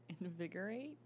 Invigorate